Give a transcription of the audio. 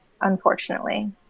unfortunately